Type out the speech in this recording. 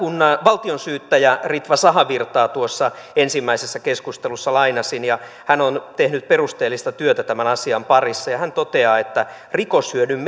valtionsyyttäjä ritva sahavirtaa ensimmäisessä keskustelussa lainasin ja hän on tehnyt perusteellista työtä tämän asian parissa hän toteaa että rikoshyödyn